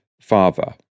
father